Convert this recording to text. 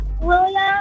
william